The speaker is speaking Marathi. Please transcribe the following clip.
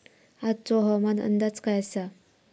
आजचो हवामान अंदाज काय आसा?